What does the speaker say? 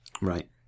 Right